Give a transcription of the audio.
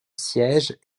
siège